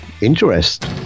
Interest